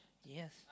yes